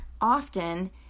often